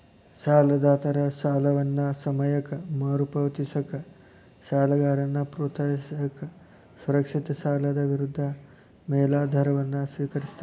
ಸಾಲದಾತರ ಸಾಲವನ್ನ ಸಮಯಕ್ಕ ಮರುಪಾವತಿಸಕ ಸಾಲಗಾರನ್ನ ಪ್ರೋತ್ಸಾಹಿಸಕ ಸುರಕ್ಷಿತ ಸಾಲದ ವಿರುದ್ಧ ಮೇಲಾಧಾರವನ್ನ ಸ್ವೇಕರಿಸ್ತಾರ